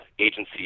agency